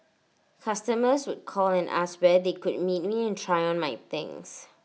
customers would call and ask where they could meet me and try on my things